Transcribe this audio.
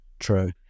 true